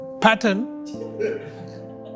pattern